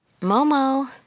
Momo